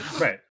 Right